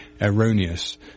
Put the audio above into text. erroneous